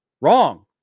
Wrong